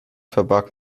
verbarg